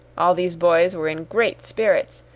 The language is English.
all these boys were in great spirits,